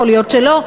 ייתכן שלא,